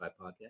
podcast